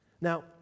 Now